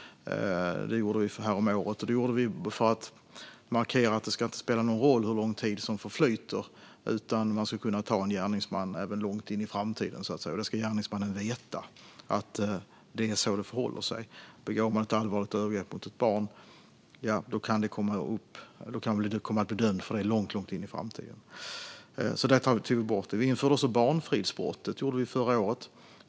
Det gjorde vi för att markera att det inte ska spela någon roll hur lång tid som förflyter, utan man ska kunna ta en gärningsman långt in i framtiden. Gärningsmannen ska veta att det är så det förhåller sig: Begår man ett allvarligt övergrepp mot ett barn kan man komma att bli dömd för det långt, långt in i framtiden. Vi införde också barnfridsbrottet förra året.